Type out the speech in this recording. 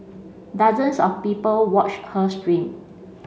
dozens of people watched her stream